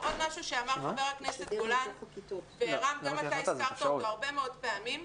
עוד משהו שאמר חבר הכנסת גולן וגם היושב ראש הזכיר אותו פעמים רבות.